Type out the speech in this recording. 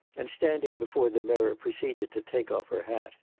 and standing before the mirror proceeded to take off her hat.